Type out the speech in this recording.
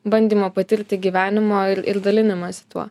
bandymo patirti gyvenimo ir dalinimąsi tuo